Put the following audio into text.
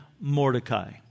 Mordecai